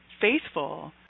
faithful